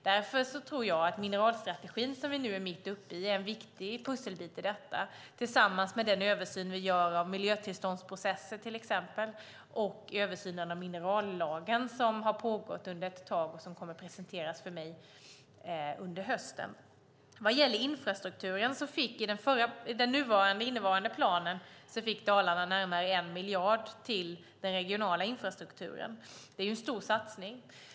Jag tror att mineralstrategin som vi nu är mitt uppe i är en viktig pusselbit tillsammans med den översyn vi gör av miljötillståndsprocessen till exempel och översynen av minerallagen som har pågått ett tag och kommer att presenteras för mig under hösten. I den nuvarande planen fick Dalarna närmare 1 miljard till den regionala infrastrukturen. Det är en stor satsning.